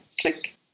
Click